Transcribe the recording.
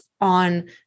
on